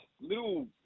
little